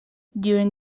during